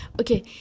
okay